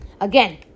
Again